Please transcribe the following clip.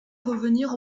revenir